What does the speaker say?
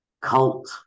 cult